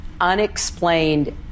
unexplained